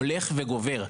הולך וגובר.